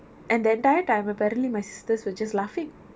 and the entire time apparently my sisters were just laughing